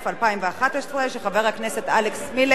57, 15 מתנגדים.